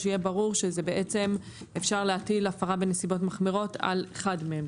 שיהיה ברור שבעצם אפשר להטיל הפרה בנסיבות מחמירות על אחד מהם.